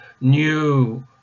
new